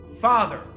Father